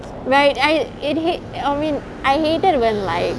right I it hate I mean I hate it when like